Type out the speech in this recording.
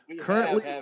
currently